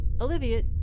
Olivia